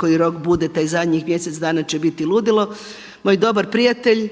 koji rok bude taj zadnjih mjesec dana će biti ludilo. Moj dobar prijatelj